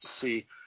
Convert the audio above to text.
see